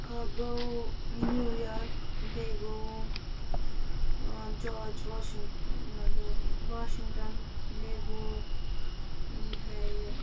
اکھ گوٚو New York بیٚیہِ گوٚو جارٕج واشَنگ نہ جارٕج نہٕ کیٚنہہ واشِنگٹَن بیٚیہِ گوٚو یہِ ہا یہِ